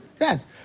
Yes